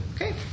Okay